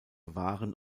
waren